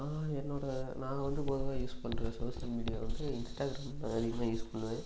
என்னோடய நான் வந்து பொதுவாக யூஸ் பண்ற சோசியல் மீடியா வந்து இன்ஸ்டாகிராம் நான் அதிகமாக யூஸ் பண்ணுவேன்